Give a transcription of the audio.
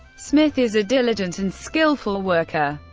smith is a diligent and skillful worker,